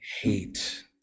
hate